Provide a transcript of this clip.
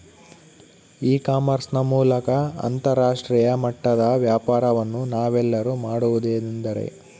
E commerce ನ ಮೂಲಕ ಅಂತರಾಷ್ಟ್ರೇಯ ಮಟ್ಟದ ವ್ಯಾಪಾರವನ್ನು ನಾವೆಲ್ಲರೂ ಮಾಡುವುದೆಂದರೆ?